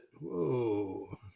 whoa